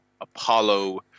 Apollo